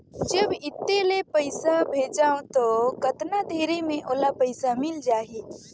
जब इत्ते ले पइसा भेजवं तो कतना देरी मे ओला पइसा मिल जाही?